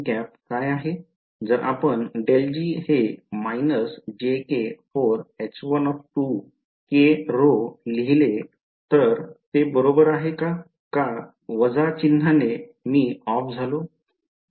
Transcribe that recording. जर आपण ∇g हे लिहिले होते तर हे बरोबर आहे का का उणे वजा चिन्हाने मी ऑफ झालो